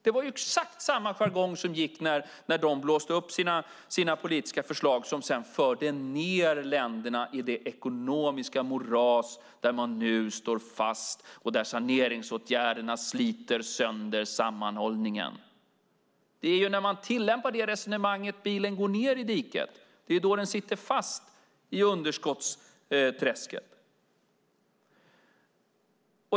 Det var exakt samma jargong som gick när de blåste upp sina politiska förslag, som sedan förde ned länderna i det ekonomiska moras där de nu står fast och där saneringsåtgärderna sliter sönder sammanhållningen. Det är när man tillämpar det resonemanget som bilen går ned i diket. Det är då den sitter fast i underskottsträsket.